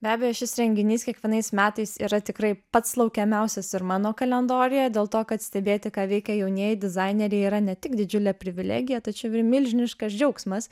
be abejo šis renginys kiekvienais metais yra tikrai pats laukiamiausias ir mano kalendoriuje dėl to kad stebėti ką veikia jaunieji dizaineriai yra ne tik didžiulė privilegija tačiau ir milžiniškas džiaugsmas